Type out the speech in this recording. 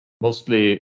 mostly